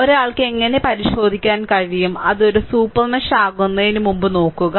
ഒരാൾക്ക് എങ്ങനെ പരിശോധിക്കാൻ കഴിയും അത് ഒരു സൂപ്പർ മെഷ് ആകുന്നതിന് മുമ്പ് നോക്കുക